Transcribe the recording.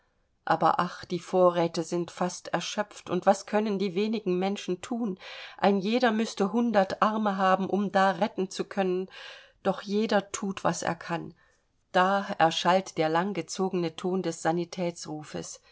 aber ach die vorräte sind fast erschöpft und was können die wenigen menschen thun ein jeder müßte hundert arme haben um da retten zu können doch jeder thut was er kann da erschallt der langgezogene ton des